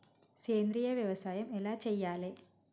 సేంద్రీయ వ్యవసాయం ఎలా చెయ్యాలే?